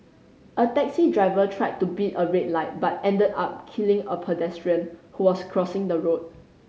a taxi driver tried to beat a red light but ended up killing a pedestrian who was crossing the road